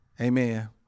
amen